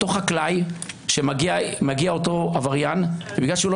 אותו חקלאי שכשמגיע אותו עבריין ובגלל שלא